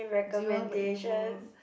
jiwang like emo